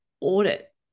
audit